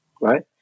right